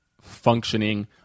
functioning